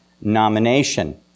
nomination